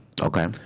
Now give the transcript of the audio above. Okay